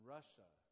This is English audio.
Russia